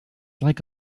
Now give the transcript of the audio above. like